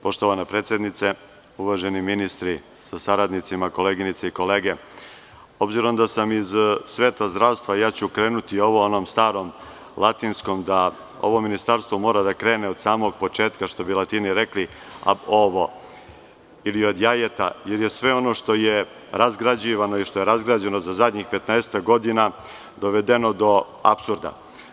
Poštovana predsednice, uvaženi ministri sa saradnicima, koleginice i kolege, obzirom da sam iz sveta zdravstva, krenuću onom starom latinskom da ovo Ministarstvo mora da krene od samog početka, što bi Latini rekli Ab ovo, ili od jajeta, jer je sve ono što je razgrađivano ili što je razgrađeno za zadnjih 15-ak godina dovedeno do apsurda.